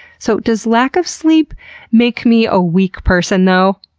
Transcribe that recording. so does lack of sleep make me a weak person though?